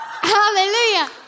Hallelujah